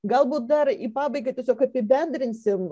galbūt dar į pabaigą tiesiog apibendrinsim